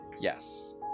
Yes